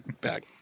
back